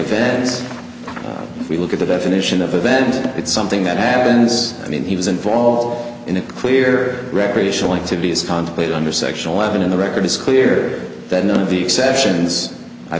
events if we look at the definition of event it's something that happens i mean he was involved in a clear recreational activities contemplate under section eleven in the record it's clear that none of the exceptions